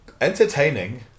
entertaining